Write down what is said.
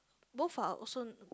both are also